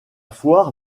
foire